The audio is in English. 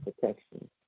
protection